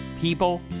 people